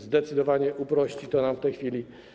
Zdecydowanie uprości nam to w tej chwili.